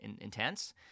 intense